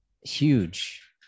huge